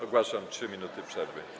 Ogłaszam 3 minuty przerwy.